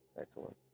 Excellent